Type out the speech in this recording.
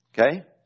Okay